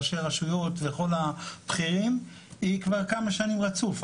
ראשי רשויות וכל הבכירים היא כבר שנים רצוף,